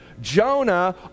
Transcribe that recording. Jonah